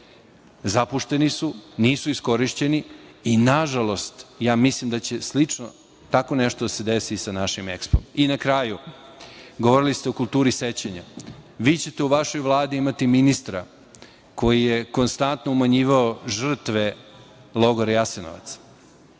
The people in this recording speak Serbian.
zapušteni su, nisu iskorišćeni i nažalost, mislim da će slično tako nešto da se desi i sa našim EXPO-m. Na kraju, govorili ste o kulturi sećanja. Vi ćete u vašoj Vladi imati ministra koji je konstantno umanjivao žrtve logore Jasenovca.